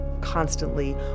constantly